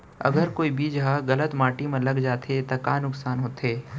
अगर कोई बीज ह गलत माटी म लग जाथे त का नुकसान होथे?